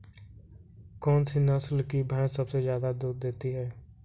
कौन सी नस्ल की भैंस सबसे ज्यादा दूध देती है?